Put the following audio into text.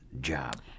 job